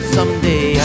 Someday